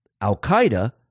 Al-Qaeda